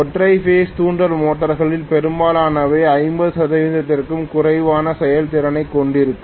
ஒற்றை பேஸ் தூண்டல் மோட்டர்களில் பெரும்பாலானவை 50 சதவீதத்திற்கும் குறைவான செயல்திறனைக் கொண்டிருக்கும்